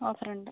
ഓഫറുണ്ട്